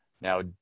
Now